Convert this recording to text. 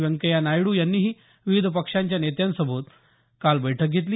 व्यंकय्या नायडू यांनीही विविध पक्षांच्या नेत्यांसोबत काल बैठक घेतली